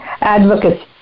advocates